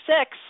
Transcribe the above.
six